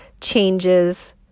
changes